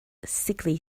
sickly